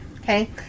Okay